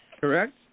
correct